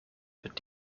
mit